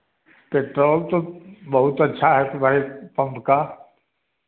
petrol तो बहुत अच्छा है आपके भाई पंप का